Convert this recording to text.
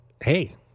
hey